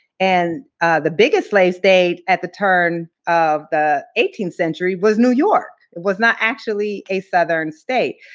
and the biggest slaves state at the turn of the eighteenth century was new york. it was not actually a southern state.